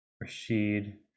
Rashid